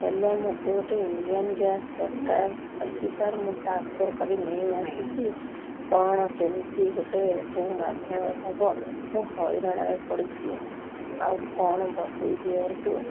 hello ମୋତେ ଗୋଟେ Indian gas ଦରକାର ଅଛି ସାର୍ ମୁଁ ଟ୍ରାନ୍ସଫର କରି ନେଇ ଆସିଛି କଣ କେମିତି ଗୋଟେ କେଉଁ ମାଧ୍ୟମରେ ହବ ମୁଁ ହଇରାଣରେ ପଡ଼ିଛି ଆଉ କଣ ବତେଇ ଦିଅନ୍ତୁ